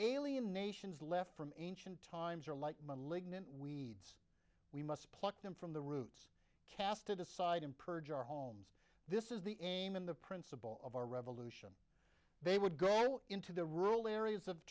alien nations left from ancient times are like malignant we we must pluck them from the roots cast it aside and purge our homes this is the aim in the principle of our revolution they would go out into the rural areas of